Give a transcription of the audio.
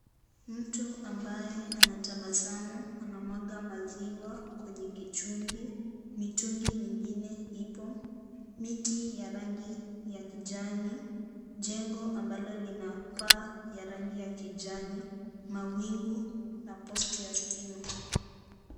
Mtu ambaye anatabasamu anamwaga maziwa kwenye kichungi. Mitungi mingine ipo. Miti ya rangi ya kijani, jengo ambalo lina paa ya rangi ya kijani, mawingu na posti ya stima.